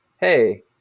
hey